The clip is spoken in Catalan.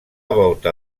volta